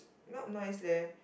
not nice leh